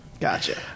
Gotcha